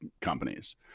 companies